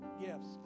gifts